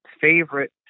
favorite